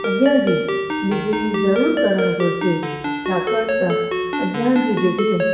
अॻियां जी डिग्री जरूर करणु घुरिजे छाकणि त अॻियां जूं डिग्रीयूं